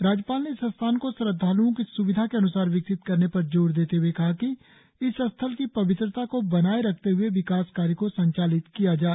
राज्यपाल ने इस स्थान को श्रद्धालुओ की स्विधा के अन्सार विकसित करने पर जोर देते हए कहा कि इस स्थल की पवित्रता को बनाएं रखते हए विकास कार्य् को संचालित किया जाए